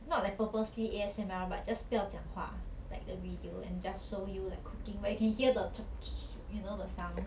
not like purposely A_S_M_R but just 不要讲话 like the video and just show you like cooking but you can hear the you know the sound